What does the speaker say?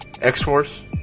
X-Force